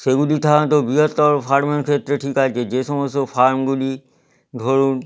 সেগুলি সাধারণত বৃহত্তর ফার্মের ক্ষেত্রে ঠিক আছে যে সমস্ত ফার্মগুলি ধরুন